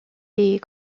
des